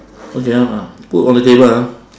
okay ah ah put on the table ah